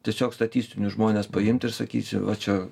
tiesiog statistinius žmones paimti ir sakysi va čia